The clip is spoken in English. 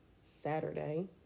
Saturday